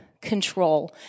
control